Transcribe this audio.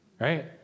right